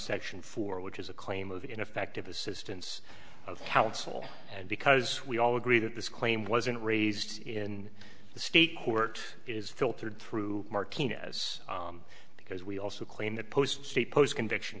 section four which is a claim of ineffective assistance of counsel and because we all agree that this claim wasn't raised in the state court is filtered through martinez because we also claim that post state post conviction